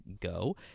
go